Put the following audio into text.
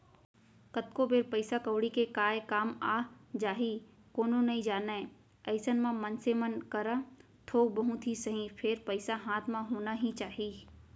कतको बेर पइसा कउड़ी के काय काम आ जाही कोनो नइ जानय अइसन म मनसे मन करा थोक बहुत ही सही फेर पइसा हाथ म होना ही चाही